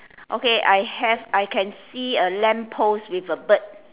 okay I have I can see a lamp post with a bird